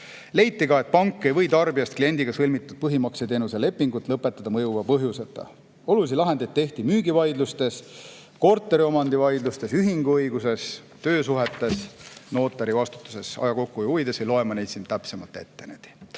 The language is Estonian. Leiti ka, et pank ei või tarbijast kliendiga sõlmitud põhimakseteenuse lepingut lõpetada mõjuva põhjuseta. Olulisi lahendeid tehti müügivaidlustes, korteriomandivaidlustes, ühinguõiguses, töösuhete ja notari vastutuse kohta. Aja kokkuhoiu huvides ei loe ma seda kõike siin täpsemalt ette.